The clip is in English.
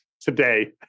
today